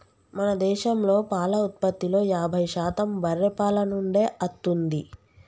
మన దేశంలో పాల ఉత్పత్తిలో యాభై శాతం బర్రే పాల నుండే అత్తుంది